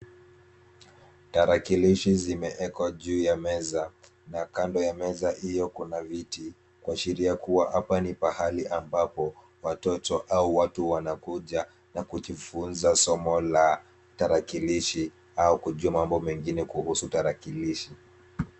Tarakilishi zimewekwa juu ya meza na kando ya meza hiyo kuna viti kuashiria kuwa hapa ni pahali ambapo watoto au watu wanakuja na kujifunza somo la tarakilishi au kujua mambo mengine kuhusu tarakilishi.